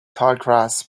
tallgrass